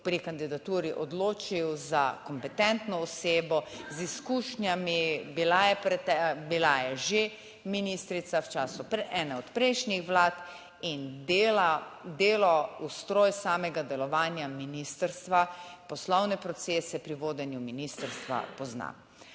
pri kandidaturi odločil za kompetentno osebo z izkušnjami. Bila je že ministrica v času ene od prejšnjih vlad in delo, ustroj samega delovanja ministrstva, poslovne procese pri vodenju ministrstva pozna.